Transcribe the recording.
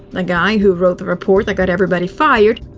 ah guy who wrote the report that got everybody fired,